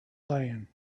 saying